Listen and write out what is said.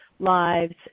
lives